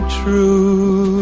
true